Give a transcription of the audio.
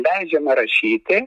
leidžiama rašyti